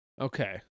Okay